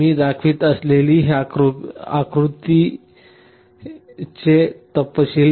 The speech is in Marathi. मी दाखवित असलेला ही आकृती तू पाहशील